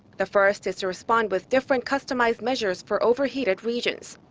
the first is to respond with different customized measures for overheated regions.